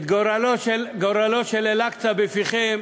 את גורלו של אל-אקצא בפיכם,